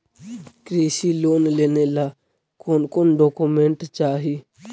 कृषि लोन लेने ला कोन कोन डोकोमेंट चाही?